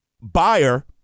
buyer